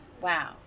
Wow